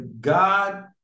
God